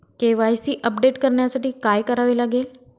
KYC update करण्यासाठी काय करावे लागेल?